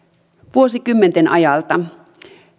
vuosikymmenten ajalta